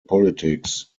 politics